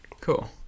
Cool